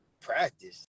practice